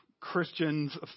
Christians